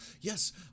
Yes